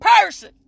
person